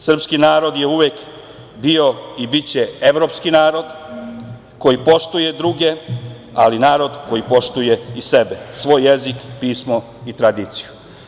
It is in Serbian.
Srpski narod je uvek bio i biće evropski narod koji poštuje druge, ali narod koji poštuje i sebe, svoj jezik, pismo i tradiciju.